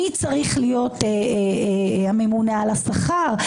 מי צריך להיות הממונה על השכר,